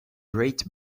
great